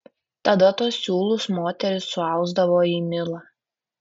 tada tuos siūlus moterys suausdavo į milą